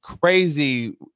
crazy